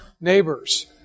neighbors